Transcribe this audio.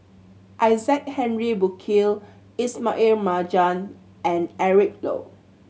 Isaac Henry Burkill Ismail Marjan and Eric Low